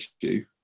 issue